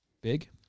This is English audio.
Big